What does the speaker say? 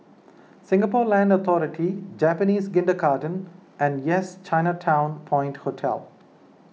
Singapore Land Authority Japanese Kindergarten and Yes Chinatown Point Hotel